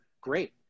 great